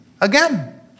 again